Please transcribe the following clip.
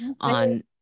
On